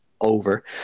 over